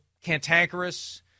cantankerous